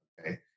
Okay